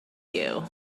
you